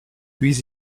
puis